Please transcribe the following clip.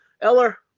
Eller